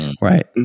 Right